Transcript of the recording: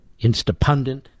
Instapundent